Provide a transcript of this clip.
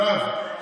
יואב,